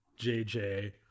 JJ